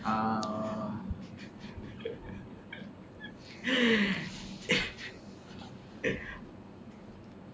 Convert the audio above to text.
um